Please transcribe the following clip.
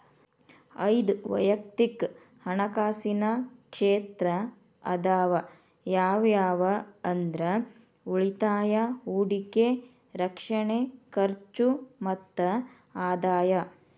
ಐದ್ ವಯಕ್ತಿಕ್ ಹಣಕಾಸಿನ ಕ್ಷೇತ್ರ ಅದಾವ ಯಾವ್ಯಾವ ಅಂದ್ರ ಉಳಿತಾಯ ಹೂಡಿಕೆ ರಕ್ಷಣೆ ಖರ್ಚು ಮತ್ತ ಆದಾಯ